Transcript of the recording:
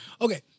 Okay